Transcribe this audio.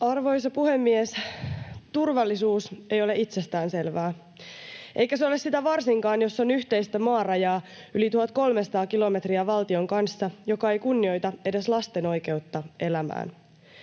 Arvoisa puhemies! Turvallisuus ei ole itsestään selvää, eikä se ole sitä varsinkaan, jos on yhteistä maarajaa yli 1 300 kilometriä valtion kanssa, joka ei kunnioita edes lasten oikeutta elämään.